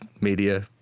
media